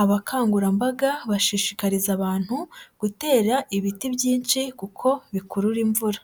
abakangurambaga bashishikariza abantu gutera ibiti byinshi kuko bikurura imvura.